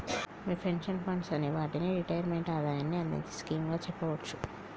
మీ pension funds అనే వాటిని retirement ఆదాయాన్ని అందించే స్కీమ్ గా చెప్పవచ్చు